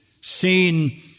seen